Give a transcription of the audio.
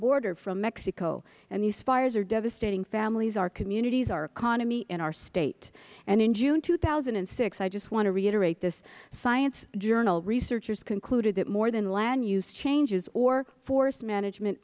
border from mexico and these fires are devastating families our communities our economy and our state and in june two thousand and six i just want to reiterate this science journal researchers concluded that more than land use changes or forest management